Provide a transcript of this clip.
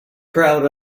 crowd